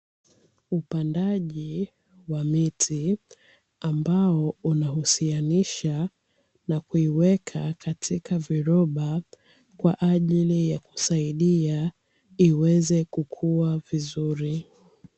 Upandaji wa miti ambao unahusianisha na kuiweka katika viroba kwa ajili ya kusaidia iweze kukua vizuri.